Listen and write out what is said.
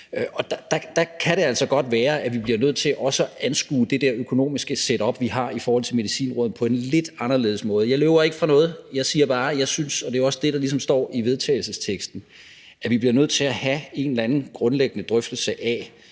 der kan det altså godt være, at vi bliver nødt til også at anskue det der økonomiske setup, vi har i forhold til Medicinrådet, på en lidt anderledes måde. Jeg løber ikke fra noget. Jeg siger bare, at jeg synes – og det er også det, der ligesom står i vedtagelsesteksten – at vi bliver nødt til at have en eller anden grundlæggende drøftelse af,